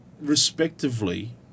respectively